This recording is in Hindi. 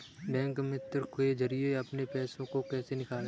बैंक मित्र के जरिए अपने पैसे को कैसे निकालें?